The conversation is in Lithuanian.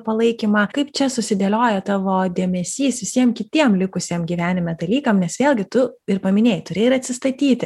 palaikymą kaip čia susidėlioja tavo dėmesys visiem kitiem likusiem gyvenime dalykam nes vėlgi tu ir paminėjai turi ir atsistatyti